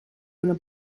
una